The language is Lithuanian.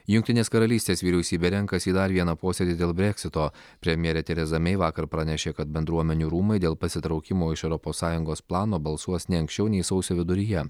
jungtinės karalystės vyriausybė renkasi į dar vieną posėdį dėl breksito premjerė tereza mei vakar pranešė kad bendruomenių rūmai dėl pasitraukimo iš europos sąjungos plano balsuos ne anksčiau nei sausio viduryje